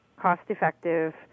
cost-effective